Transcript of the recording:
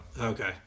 Okay